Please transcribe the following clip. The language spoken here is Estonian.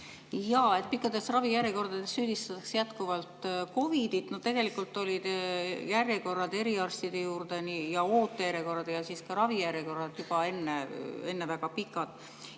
Pikkades ravijärjekordades süüdistatakse jätkuvalt COVID‑it, aga tegelikult olid järjekorrad eriarstide juurde, nii ootejärjekorrad kui ka ravijärjekorrad, juba enne väga pikad.